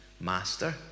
master